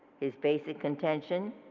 his basic contention,